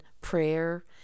prayer